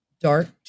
dark